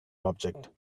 object